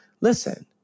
Listen